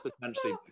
potentially